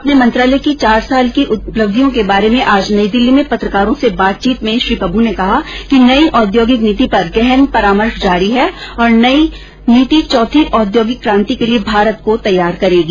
अपने मंत्रालय की चार साल की उपलब्धियों के बारे में आज नई दिल्ली में पत्रकारों से बातचीत में श्री प्रम ने कहा कि नई औद्योगिक नीति पर गहन परामर्श जारी है और नई नीति चौथी औद्योगिक क्रान्ति के लिए भारत को तैयार करेगी